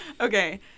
Okay